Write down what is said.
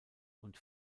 und